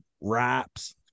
wraps